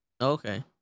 Okay